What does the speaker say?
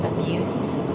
abuse